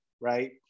right